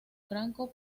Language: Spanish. franco